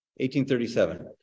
1837